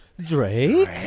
Drake